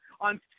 on